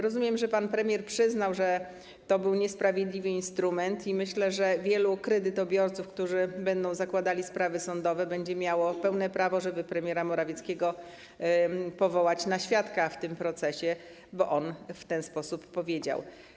Rozumiem, że przyznał, że to był niesprawiedliwy instrument, i myślę, że wielu kredytobiorców, którzy będą zakładali sprawy sądowe, będzie miało pełne prawo, żeby premiera Morawieckiego powołać na świadka w tym procesie, bo on w ten sposób powiedział.